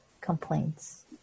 complaints